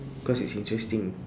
cause it's interesting